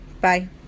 Bye